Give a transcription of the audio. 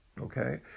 okay